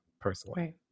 personally